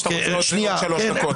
או שאתה רוצה להוסיף עוד שלוש דקות?